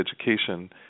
education